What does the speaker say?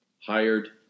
hired